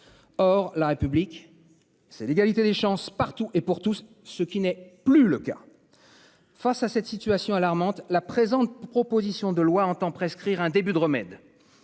Or la république. C'est l'égalité des chances partout et pour tous, ce qui n'est plus le cas. Face à cette situation alarmante, la présente, proposition de loi entend prescrire un début de remède.